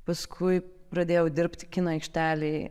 paskui pradėjau dirbti kino aikštelėj